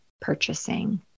purchasing